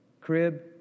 crib